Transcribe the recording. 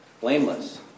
Blameless